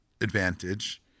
advantage